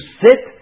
sit